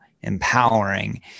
empowering